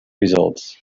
results